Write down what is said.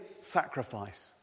sacrifice